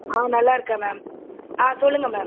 ஆ நல்லா இருக்கேன் மேம் ஆ சொல்லுங்கள் மேம்